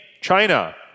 China